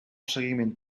seguiment